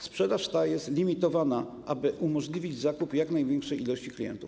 Sprzedaż ta jest limitowana, aby umożliwić zakup jak największej ilości klientów.